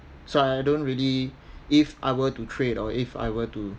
so I don't really if I were to trade or if I were to